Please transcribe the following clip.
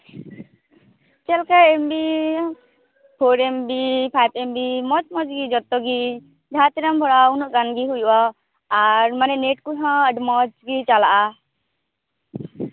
ᱪᱮᱫᱽ ᱞᱮᱠᱟᱭ M B four MB five MB ᱢᱚᱛᱢᱟᱡᱤ ᱡᱚᱛᱚᱜᱤ ᱡᱟᱦᱟᱸ ᱛᱤᱱᱟᱹ ᱵᱷᱚᱨᱟᱣ ᱩᱱᱟᱹ ᱜᱟᱱᱜᱤ ᱦᱩᱭᱩᱜᱼᱟ ᱟᱨ ᱢᱟᱱᱮ ᱱᱮᱴ ᱠᱚᱦᱚᱸ ᱟᱹᱰᱤ ᱢᱚᱡᱽ ᱜᱤ ᱪᱟᱞᱟᱜᱼᱟ